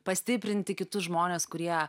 pastiprinti kitus žmones kurie